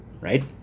Right